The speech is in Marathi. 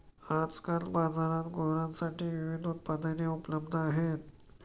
आजकाल बाजारात गुरांसाठी विविध उत्पादने उपलब्ध आहेत